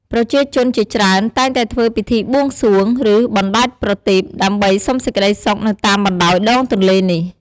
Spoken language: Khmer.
ប្រជាជនជាច្រើនតែងតែធ្វើពិធីបួងសួង ឬបណ្តែតប្រទីបដើម្បីសុំសេចក្តីសុខនៅតាមបណ្តោយដងទន្លេនេះ។